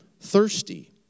thirsty